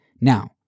Now